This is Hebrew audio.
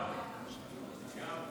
הנושא נדון